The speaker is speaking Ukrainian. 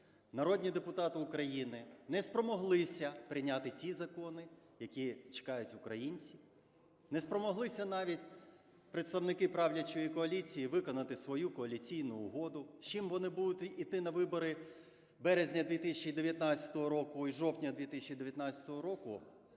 народні депутати України не спромоглися прийняти ті закони, які чекають українці, не спромоглися навіть представники правлячої коаліції виконати свою коаліційну угоду. З чим вони будуть йти на вибори березня 2019 року і жовтня 2019 року